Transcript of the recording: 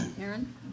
Aaron